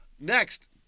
next